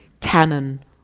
canon